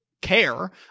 care